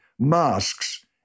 Masks